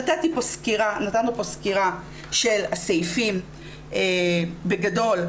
נתנו פה סקירה של הסעיפים בגדול.